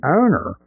owner